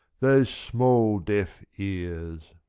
those small deaf ears.